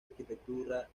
arquitectura